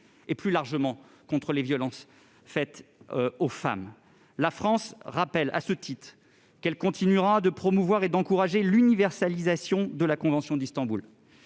et, plus largement, contre les violences faites aux femmes. La France rappelle à ce titre qu'elle continuera de promouvoir et d'encourager l'universalisation de la convention d'Istanbul.